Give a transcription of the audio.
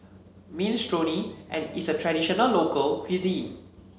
Minestrone and is a traditional local cuisine